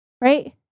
right